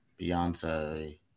Beyonce